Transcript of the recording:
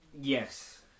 Yes